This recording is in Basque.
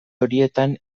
horietan